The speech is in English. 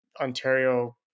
Ontario